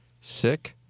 Sick